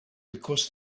because